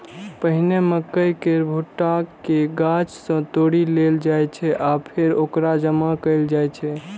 पहिने मकइ केर भुट्टा कें गाछ सं तोड़ि लेल जाइ छै आ फेर ओकरा जमा कैल जाइ छै